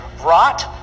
rot